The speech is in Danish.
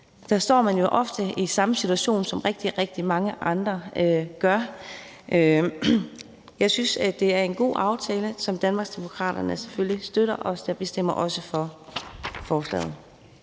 står man jo ofte i samme situation som rigtig, rigtig mange andre. Jeg synes, det er en god aftale, som Danmarksdemokraterne selvfølgelig støtter, og vi stemmer også for forslaget.